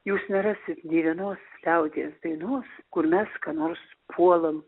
jūs nerasit nei vienos liaudies dainos kur mes ką nors puolam